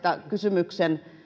kysymyksen